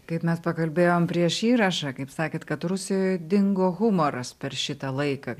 kaip mes pakalbėjome prieš įrašą kaip sakėte kad rusijoje dingo humoras per šitą laiką